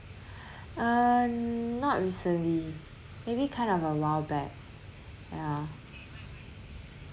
uh not recently maybe kind of a while back yeah